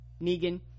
Negan